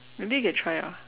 maybe you can try ah